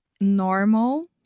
normal